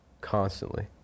constantly